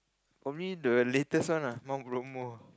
for me the latest one lah Mount